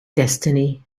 destiny